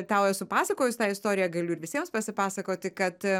tau esu pasakojus tą istoriją galiu ir visiems pasipasakoti kad